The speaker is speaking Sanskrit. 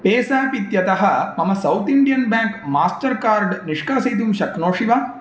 पेसाप् इत्यतः मम सौत् इण्डियन् ब्याङ्क् मास्टर्कार्ड् निष्कासयितुं शक्नोषि वा